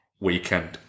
weekend